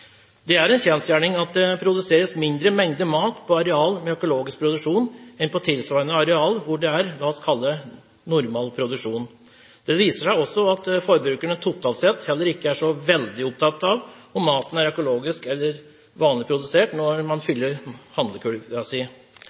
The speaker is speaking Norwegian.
Det er en kjensgjerning at det produseres mindre mengder mat på arealer med økologisk produksjon enn på tilsvarende arealer hvor det er – la oss kalle det – normal produksjon. Det viser seg også at forbrukerne totalt sett heller ikke er så veldig opptatt av om maten er økologisk eller vanlig produsert, når de fyller